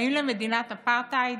האם למדינת אפרטהייד?